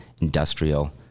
industrial